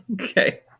Okay